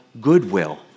goodwill